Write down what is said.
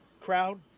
crowd